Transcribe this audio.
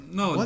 no